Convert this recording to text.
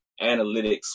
analytics